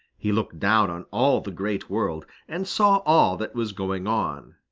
he looked down on all the great world and saw all that was going on.